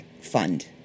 Fund